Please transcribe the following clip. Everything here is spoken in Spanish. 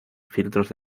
filtros